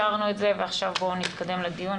אישרנו את זה ועכשיו בואו נתקדם לדיון,